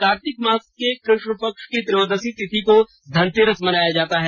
कार्तिक मास के कृ ष्ण पक्ष की त्रयोदशी तिथि को धनतेरस मनाया जाता है